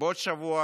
בעוד שבוע